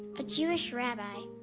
a jewish rabbi.